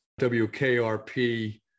WKRP